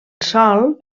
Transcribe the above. sòl